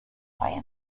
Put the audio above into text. های